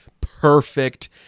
perfect